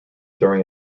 during